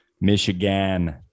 michigan